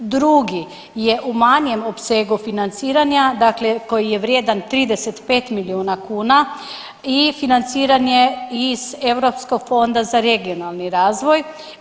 Drugi je u manjem opsegu financiranja, dakle koji je vrijedan 35 milijuna kuna i financiranje iz Europskog fonda za regionalni razvoj.